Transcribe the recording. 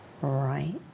right